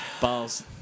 balls